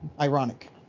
ironic